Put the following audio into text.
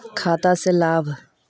खाता से लाभ?